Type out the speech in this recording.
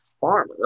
farmer